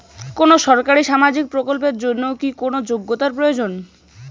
কোনো সরকারি সামাজিক প্রকল্পের জন্য কি কোনো যোগ্যতার প্রয়োজন?